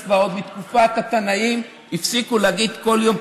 אז כבר מתקופת התנאים הפסיקו להגיד כל יום,